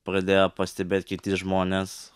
pradėjo pastebėt kiti žmonės